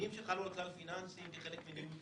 הדינים שחלו על כלל פיננסים כחלק מניהול